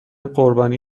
قربانی